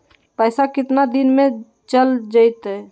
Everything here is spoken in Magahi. पैसा कितना दिन में चल जतई?